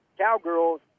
Cowgirls